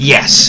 Yes